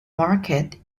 market